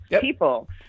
people